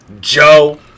Joe